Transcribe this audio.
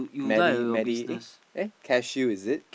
medi~ medi~ eh eh care shield is it